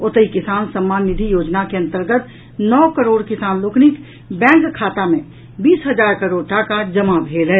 ओतहि किसान सम्मान निधि योजना के अन्तर्गत नओ करोड़ किसान लोकनिक बैंक खाता मे बीस हजार करोड़ टाका जमा भेल अछि